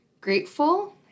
grateful